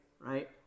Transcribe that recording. right